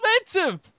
expensive